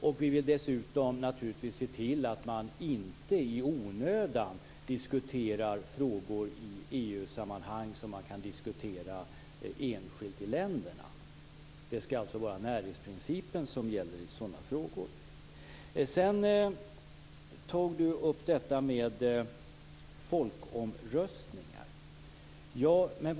För det andra skall man naturligtvis se till att man inte i onödan diskuterar frågor i EU sammanhang som kan diskuteras enskilt i länderna. Det skall alltså vara näringsprincipen som gäller i sådana frågor. Sedan tog Roy Ottosson upp frågan om folkomröstningar.